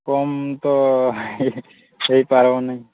କମ୍ ତ ହେଇ ହେଇ ପାରବ ନାଇଁ